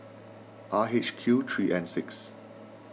R H Q three N six